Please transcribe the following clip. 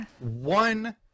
one